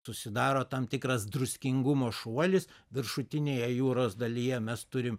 susidaro tam tikras druskingumo šuolis viršutinėje jūros dalyje mes turim